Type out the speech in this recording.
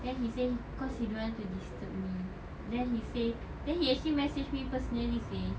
then he say cause he don't want to disturb me then he say then he actually message me personally seh